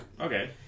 okay